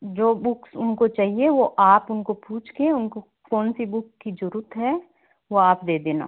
जो बुक्स उनको चहिए वह आप उनको पूछकर उनको कौन सी बुक की ज़रूरत है वह आप दे देना